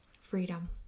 freedom